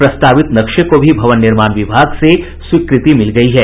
प्रस्तावित नक्शे को भी भवन निर्माण विभाग से स्वीकृति मिल गयी है